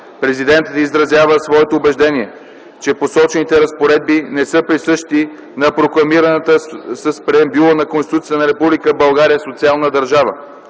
Президентът изразява своето убеждение, че посочените разпоредби не са присъщи на прокламираната с преамбюла на Конституцията на Република България социална държава.